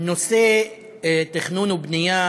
נושא התכנון והבנייה